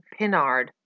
Pinard